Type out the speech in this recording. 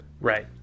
Right